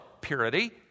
purity